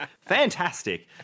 Fantastic